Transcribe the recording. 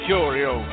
Curio